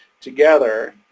together